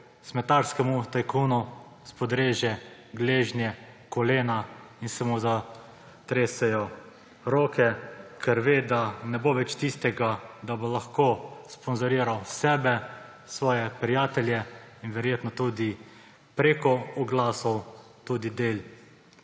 smetarskemu tajkunu spodreže gležnje, kolena in se mu zatresejo roke, ker ve, da ne bo več tistega, da bo lahko sponzoriral sebe, svoje prijatelje in verjetno tudi preko oglasov tudi del